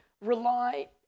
rely